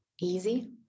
easy